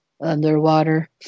underwater